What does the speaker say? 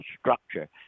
structure